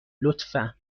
لطفا